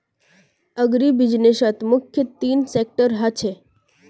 अग्रीबिज़नेसत मुख्य तीन सेक्टर ह छे